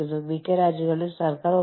അവർ എത്രത്തോളം നിയന്ത്രിക്കുന്നു